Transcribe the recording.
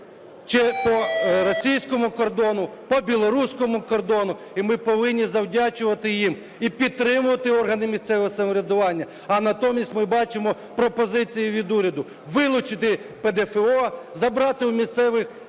по російському кордону, по білоруському кордону, і ми повинні завдячувати їм і підтримувати органи місцевого самоврядування. А натомість ми бачимо пропозиції від уряду вилучити ПДФО, забрати у місцевих